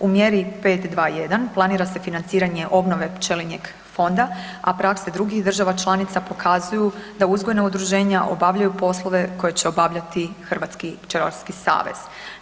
U mjeri 5.2.1. planira se financiranje obnove pčelinjeg fonda, a prakse drugih država članica pokazuju da uzgojna udruženja obavljaju poslove koje će obavljati Hrvatski pčelarski savez.